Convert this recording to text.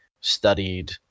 studied